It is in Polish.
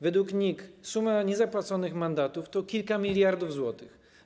Według NIK suma niezapłaconych mandatów to kilka miliardów złotych.